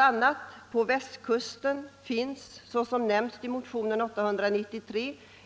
a. på västkusten finns, som nämnts i motionen,